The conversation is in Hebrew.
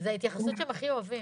זו ההתייחסות שהם הכי אוהבים.